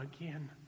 again